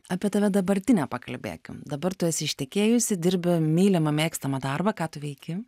apie tave dabartinę pakalbėkim dabar tu esi ištekėjusi dirbi mylimą mėgstamą darbą ką tu veiki